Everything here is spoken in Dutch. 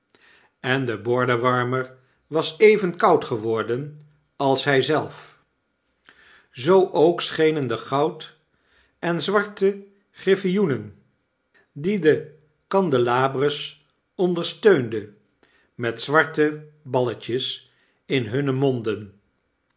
en de bordenwarmer was even koud geworden als hy zelf zoo ook schenen de goud en zwarte griffioenen die de candelabres ondersteunde met zwarte balletjes in hunne monden